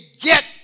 get